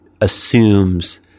assumes